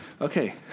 Okay